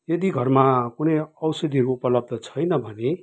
यदि घरमा कुनै औषधीहरू उपलब्ध छैन भने